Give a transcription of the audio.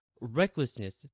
recklessness